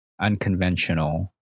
unconventional